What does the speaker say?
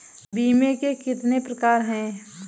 बीमे के कितने प्रकार हैं?